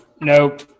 nope